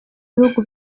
ibihugu